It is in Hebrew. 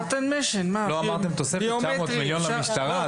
לא אמרתם תוספת של תשעה מיליארד שקלים למשטרה?